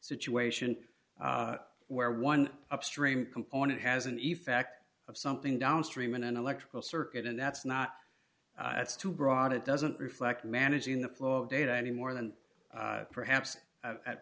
situation where one upstream component has an effect of something downstream in an electrical circuit and that's not too broad it doesn't reflect managing the flow of data any more than perhaps